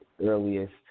earliest